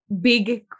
big